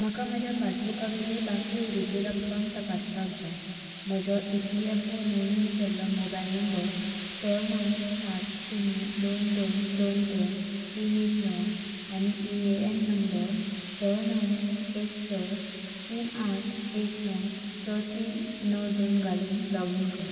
म्हाका म्हज्या पासबुका वयली बाकी उरिल्ली रक्कम तपासपाक जाय म्हजो इ पी एफ ओ नोंदणी केल्लो मोबायल नंबर स णव सात शुन्य दोन दोन दोन दोन तीन एक णव आनी यू ए एन नंबर स णव एक स तीन आठ एक णव स तीन णव दोन घालून लॉगीन कर